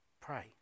pray